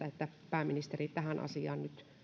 että pääministeri tähän asiaan nyt